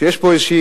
שיש פה איזו